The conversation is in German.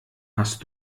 hast